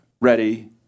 ready